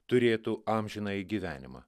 turėtų amžinąjį gyvenimą